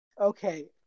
Okay